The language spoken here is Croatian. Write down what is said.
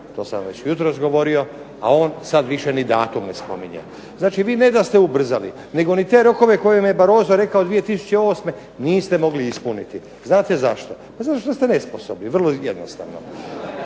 sam vam već jutros govorio, a on sada više ni datum ne spominje. Znači vi ne da ste ubrzali nego i te rokove koje vam je Barroso rekao 2008. niste mogli ispuniti. Znate zašto? Pa zato što ste nesposobni, vrlo jednostavno.